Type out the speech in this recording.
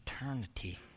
eternity